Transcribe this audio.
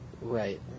Right